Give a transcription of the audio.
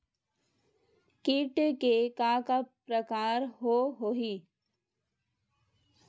कीट के का का प्रकार हो होही?